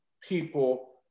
people